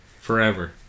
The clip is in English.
Forever